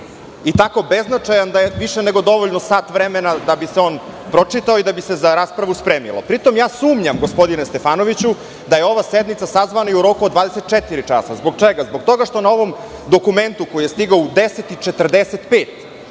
i tako beznačajan da je više nego dovoljno sat vremena da bi se on pročitao i da bi se za raspravu spremilo. Pri tome, sumnjam gospodine Stefanoviću da je ova sednica sazvana i u roku od 24 časa. Zbog čega? Zbog toga što na ovom dokumentu koji je stigao u 10